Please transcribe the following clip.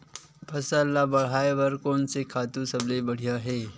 फसल ला बढ़ाए बर कोन से खातु सबले बढ़िया हे?